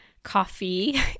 Coffee